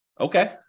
Okay